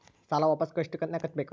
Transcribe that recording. ಸಾಲ ವಾಪಸ್ ಎಷ್ಟು ಕಂತಿನ್ಯಾಗ ಕಟ್ಟಬೇಕು?